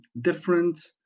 different